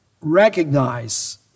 recognize